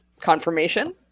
confirmation